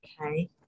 Okay